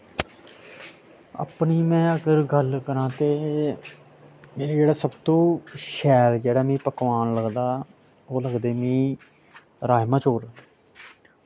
अपनी में अगर इक्क गल्ल करांऽ ते एह् जेह्ड़ा सबतो शैल जेह्ड़ा मिगी पकवान लगदा ओह् लगदे मिगी राजमाह् चौल